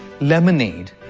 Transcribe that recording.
lemonade